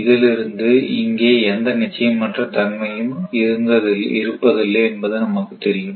இதிலிருந்து இங்கே எந்த நிச்சயமற்றதன்மையும் இருப்பதில்லை என்பது நமக்கு தெரியும்